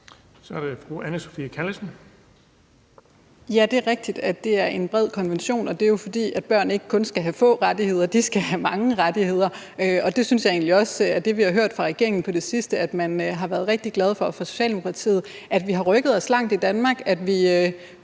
Kl. 21:17 Anne Sophie Callesen (RV): Det er rigtigt, at det er en bred konvention, og det er jo, fordi børn ikke kun skal have få rettigheder. De skal have mange rettigheder. Jeg synes egentlig også, at det, vi har hørt fra regeringen og Socialdemokratiet på det sidste, er, at man har været rigtig glad for, at vi har rykket os langt i Danmark.